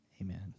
Amen